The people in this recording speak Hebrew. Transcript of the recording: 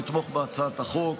לתמוך בהצעת החוק.